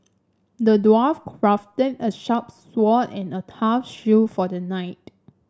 the dwarf crafted a sharp sword and a tough shield for the knight